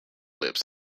lips